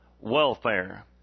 welfare